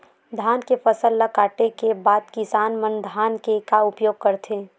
धान के फसल ला काटे के बाद किसान मन धान के का उपयोग करथे?